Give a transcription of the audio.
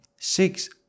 Six